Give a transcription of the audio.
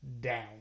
down